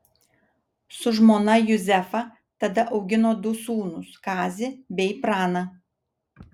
su žmona juzefa tada augino du sūnus kazį bei praną